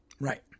Right